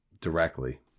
directly